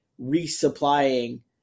resupplying